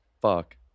Fuck